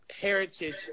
heritage